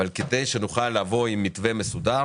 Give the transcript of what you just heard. אבל כדי שנוכל לבוא עם מתווה מסודר